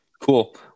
cool